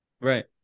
Right